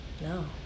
No